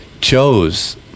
chose